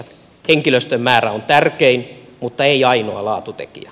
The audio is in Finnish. henkilöstön määrä on tärkein mutta ei ainoa laatutekijä